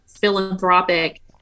philanthropic